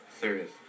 Serious